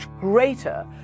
greater